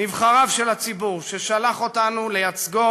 נבחריו של הציבור ששלח אותנו לייצגו,